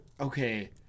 Okay